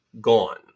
gone